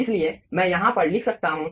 इसलिए मैं यहाँ पर लिख सकता हूँ